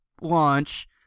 launch